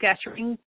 scattering